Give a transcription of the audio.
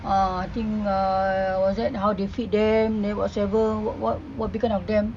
uh I think uh was that how do they feed them then what's ever what what what become of them